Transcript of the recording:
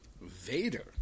Vader